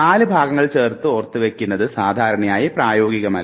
4 ഭാഗങ്ങൾ ചേർത്ത് ഓർത്തു വയ്ക്കുന്നത് സാധാരണയായി പ്രായോഗികമല്ല